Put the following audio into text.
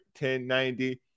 1090